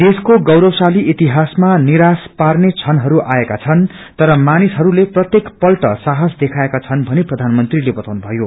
देशको गौरवशाली इतिहासमा निराश पार्ने क्षणहरू आएका छन् तर मानिसहरूले प्रत्येक पल्ट साहस देखाएका छन् भनी प्रवानमन्त्रीले बताउनु भयो